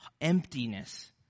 emptiness